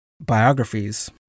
biographies